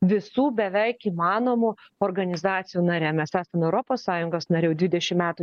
visų beveik įmanomų organizacijų nare mes esam europos sąjungos nare jau dvidešim metų